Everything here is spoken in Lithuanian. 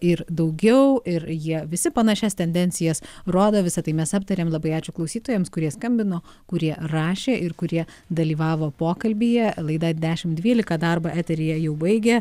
ir daugiau ir jie visi panašias tendencijas rodo visa tai mes aptarėm labai ačiū klausytojams kurie skambino kurie rašė ir kurie dalyvavo pokalbyje laida dešimt dvylika darbą eteryje jau baigia